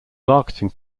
marketing